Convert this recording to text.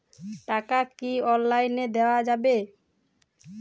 টাকা কি অনলাইনে দেওয়া যাবে?